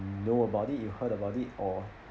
you know about it you heard about it or